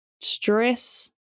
stress